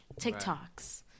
TikToks